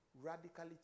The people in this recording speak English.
radically